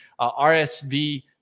RSV